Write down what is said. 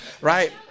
Right